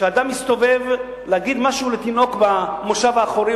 כשאדם הסתובב להגיד משהו לתינוק במושב האחורי,